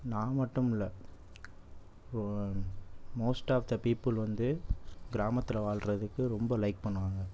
நான் மட்டும் இல்லை மோஸ்ட் ஆஃப் த பீப்புள் வந்து கிராமத்தில் வாழறதுக்கு ரொம்ப லைக் பண்ணுவாங்க